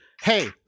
hey